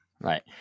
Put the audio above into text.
right